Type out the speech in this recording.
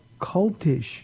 cultish